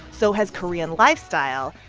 so has korean lifestyle.